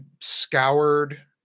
scoured